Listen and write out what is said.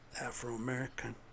Afro-American